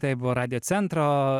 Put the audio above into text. tai buvo radijo centro